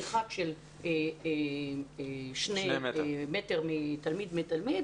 מרחק של שני מטרים בין תלמיד לתלמיד,